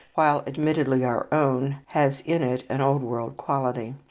while admittedly our own, has in it an old-world quality.